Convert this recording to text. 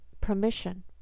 permission